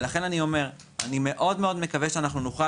ולכן אני אומר שאני מאוד מקווה שנוכל